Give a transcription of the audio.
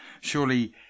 Surely